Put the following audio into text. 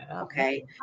Okay